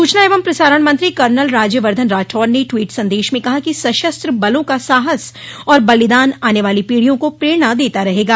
सूचना एवं प्रसारण मंत्री कर्नल राज्यवधन राठौड़ ने ट्वीट संदेश में कहा कि सशस्त्र बलों का साहस और बलिदान आने वाली पीढ़ियों को प्रेरणा देता रहेगा